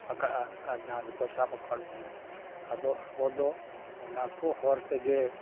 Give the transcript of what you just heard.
ᱟᱠᱟᱜᱼᱟ ᱟᱨ ᱡᱟᱦᱟᱸ ᱫᱚᱠᱚ ᱥᱟᱵ ᱟᱠᱟᱜ ᱵᱚᱱᱟ ᱟᱫᱚ ᱟᱵᱚ ᱫᱚ ᱚᱱᱟ ᱠᱚ ᱦᱚᱨ ᱛᱮᱜᱮ